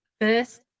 first